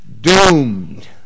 doomed